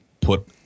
put